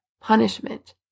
punishment